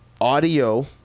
audio